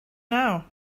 now